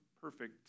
perfect